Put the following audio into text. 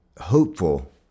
hopeful